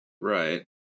Right